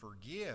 forgive